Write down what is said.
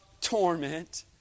torment